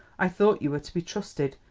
i thought you were to be trusted,